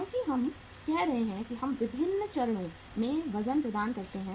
क्योंकि हम कह रहे हैं कि हम विभिन्न चरणों में वजन प्रदान करते हैं